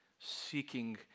seeking